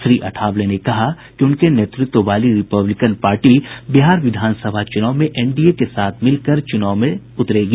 श्री अठावले ने कहा कि उनके नेतृत्व वाली रिपब्लिकन पार्टी बिहार विधानसभा चुनाव में एनडीए के साथ मिलकर चुनाव में उतरेगी